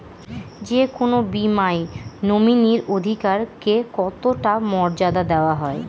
যে কোনো বীমায় নমিনীর অধিকার কে কতটা মর্যাদা দেওয়া হয়?